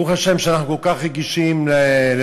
ברוך השם שאנחנו כל כך רגישים לבעלי-חיים,